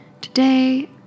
Today